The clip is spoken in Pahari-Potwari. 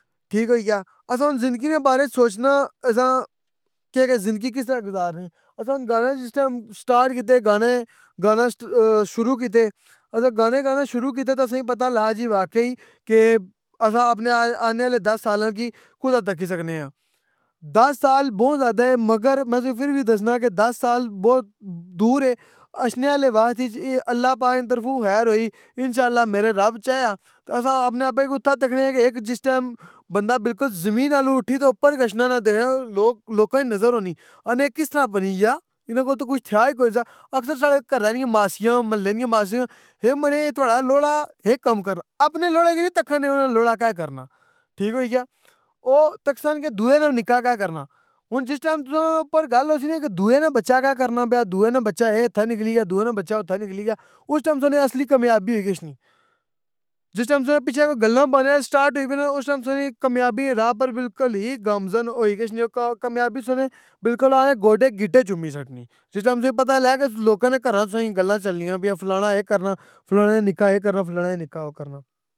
ٹھیک ہوئی گیا اساں ہن زندگی نے بارے اچ سوچناں اساں کہ اگے زندگی کس طرح گزارنی, اساں ہن گانے جس ٹائم سٹارٹ کیتے گانے گانا شروع کیتے اساں گانے گانے شروع کیتے اساں ای پتہ لایا جی واقعی کہ اساں اپنے آنے آلے دس سالاں کی کھلا تکی سکنے آں, دس سال بو زیادہ اے مگر میں تُساں کی فر وی دسناں کی دس سال بہت دور اے اشنے آلے وقت اچ اے اللّٰہ پاک نی طرفوں خیر ہوئی انشاءاللہ میرے رب چایا تہ اساں اپنے آپ کی اتھاں تکنے آں کہ ایک جِس ٹائم بندہ بالکل زمین الوں اٹھی تہ اپر گشنا نہ تہ لوک لوکاں نی نظر ہونی آخنے اے کس طرح بنی گیا اناں کول تے کش تھیا ای کچھ نہ اکثر ساڑے محلّے نیاں ماسیاں, اے ماڑے تھواڑا لوڑا ہے کام کرنا اپنے لوڑے کی نی تکھن ہونا لوڑا کہ کرنا ٹھیک ہوئی گیا او تکسن کہ دوے نا نکّا کے کرنا ہن جِس ٹائم تُساں اپر گل ہوسی نہ کہ دوے نہ بچہ کہ کرنا پیا دوے نہ بچہ اے ہتھاں نکلی گیا دوے نا بچہ اوتھے نکلی گیا اُس ٹائم سمجھنا اصلی کامیابی ہوئی گشنی, جِس ٹائم سنے پیچھے کوئی گلاں بانے سٹارٹ ہوئی گنا اُس ٹائم سمجھنا کہ کامیابی نی راہ پر بالکل ہی گامزن ہوئی گشنے او کامیابی سمجھنا بالکل اخنے گوڈے گٹے چُمی سٹنی تُساں نی پتہ لگنا کہ لوکاں نے گھراں اچ تُساں نی گلاں چھلنیاں پیاں فلانا اے کرنا فلانے نا نکّا اے کرنا فلانے نا نکّا او کرنا۔